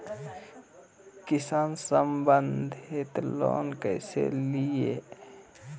किसान संबंधित लोन कैसै लिये?